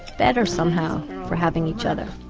better, somehow, for having each other